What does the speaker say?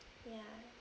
ya